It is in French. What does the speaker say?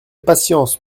patience